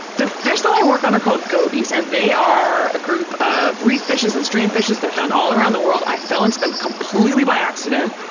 the fish that i work on are called gobies and they are a group of reef fishes and stream fishes. they're found all around the world. i fell into them completely by accident.